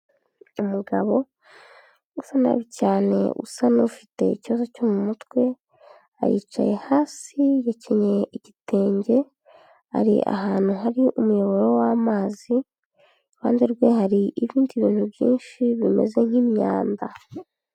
Umugabo usa nabi cyane usa n'ufite ikibazo cyo mu mutwe, aricaye hasi yakenyeye igitenge, ari ahantu hari umuyoboro w'amazi, iruhande rwe hari ibindi bintu byinshi bimeze nk'imyanda.